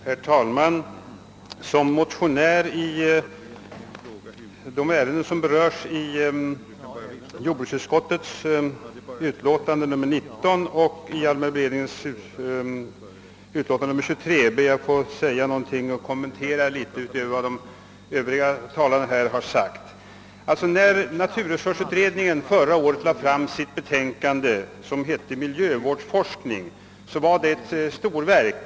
Herr talman! Som motionär i de ärenden som berörs i jordbruksutskottets utlåtande nr 19 och i allmänna beredningsutskottets utlåtande nr 23 ber jag att få säga några ord och göra några kommentarer utöver vad de övriga talarna har sagt. De två betänkanden naturresursutredningen förra året lade fram om miljövårdsforskning, var ett storverk.